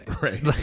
Right